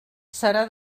serà